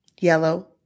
yellow